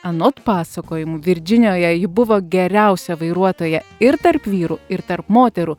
anot pasakojimų virdžinijoje ji buvo geriausia vairuotoja ir tarp vyrų ir tarp moterų